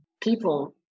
people